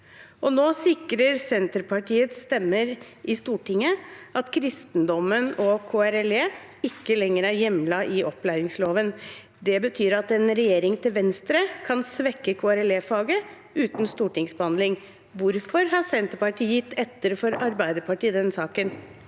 Nå sikrer Senterpartiets stemmer i Stortinget at kristendommen og KRLE ikke lenger er hjemlet i opplæringsloven. Det betyr at en regjering til venstre kan svekke KRLE-faget uten stortingsbehandling. Hvorfor har Senterpartiet gitt etter for Arbeiderpartiet i denne saken?